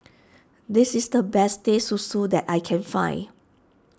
this is the best Teh Susu that I can find